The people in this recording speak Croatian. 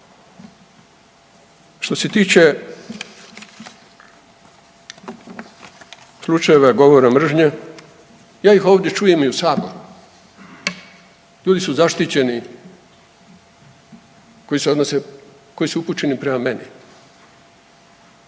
Što se tiče slučajeva govora mržnje, ja ih ovdje čujem i u Saboru, ljudi su zaštićeni koji se odnose koji